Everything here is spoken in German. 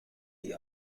die